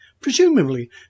Presumably